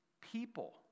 people